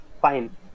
fine